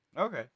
Okay